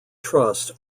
trust